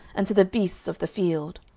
and to the beasts of the field.